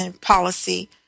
policy